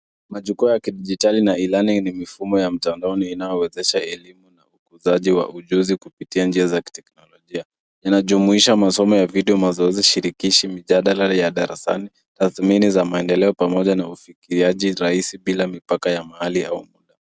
Machukwaa ya kidijitali na e-learning ni mifumo ya mtandaoni inayowezesha e-learning na ukuzaji wa ujuzi kupitia njia za kiteknolojia. Yanajumuisha masomo ya video, mazoezi shirikishi na mijadala ya darasani. Tathmini za maendeleo pamoja na ufikiri hufanyika bila mipaka ya mahali au muda.